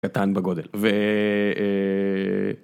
קטן בגודל. ו.. אה..